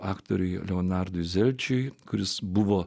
aktoriui leonardui zelčiui kuris buvo